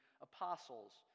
apostles